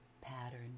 pattern